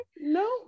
no